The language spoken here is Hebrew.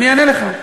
אני אענה לך.